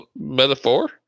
metaphor